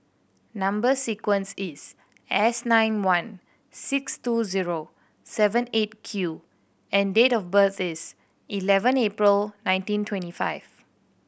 number sequence is S nine one six two zero seven Eight Q and date of birth is eleven April nineteen twenty five